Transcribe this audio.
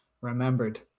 remembered